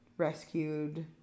rescued